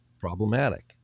problematic